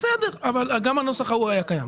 בסדר, אבל גם הנוסח ההוא היה קיים.